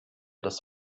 das